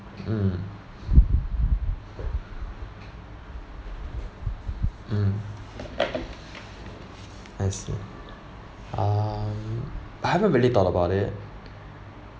mm mm I see um I haven't really thought about it